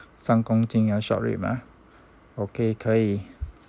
三公斤 ah short rib ah okay 可以